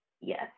Yes